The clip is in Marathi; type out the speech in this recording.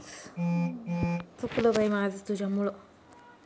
शेतीची झीज न होण्यासाठी काय करावे?